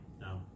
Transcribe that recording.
No